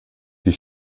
die